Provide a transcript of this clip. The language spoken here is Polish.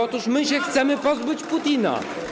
Otóż my się chcemy pozbyć Putina.